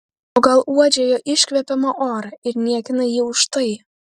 o gal uodžia jo iškvepiamą orą ir niekina jį už tai